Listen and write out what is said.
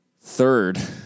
third